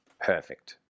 perfect